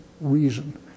reason